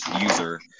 user